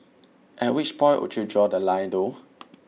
at which point would you draw the line though